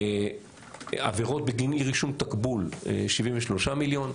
עבירות בין אי רישום תקבול 73 מיליון,